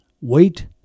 wait